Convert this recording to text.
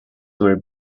were